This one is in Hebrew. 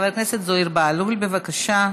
חבר הכנסת זוהיר בהלול, בבקשה.